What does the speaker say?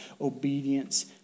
obedience